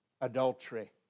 adultery